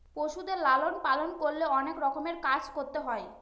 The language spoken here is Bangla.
পশুদের লালন পালন করলে অনেক রকমের কাজ করতে হয়